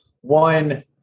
One